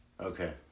Okay